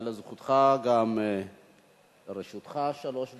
לרשותך שלוש דקות.